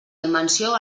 dimensió